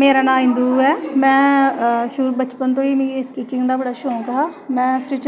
मेरा नांऽ इंदू ऐ में शूरू बचपन तो ही मिगी स्टिचिंग दा बड़ा शौक हा में स्टिच